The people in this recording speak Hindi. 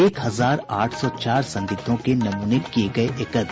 एक हजार आठ सौ चार संदिग्धों के नमूने किये गये एकत्र